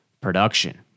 production